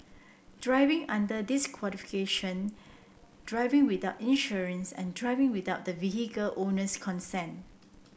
driving under disqualification driving without insurance and driving without the vehicle owner's consent